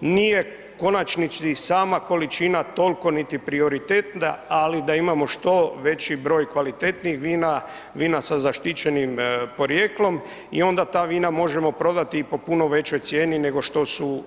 Nije u konačnici sama količina toliko niti prioritet ali da imamo što veći broj kvalitetnijih vina, vina sa zaštićenim porijeklom i onda ta vina možemo prodati i po puno većoj cijeni nego